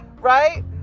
right